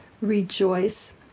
rejoice